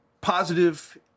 positive